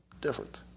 different